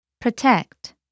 Protect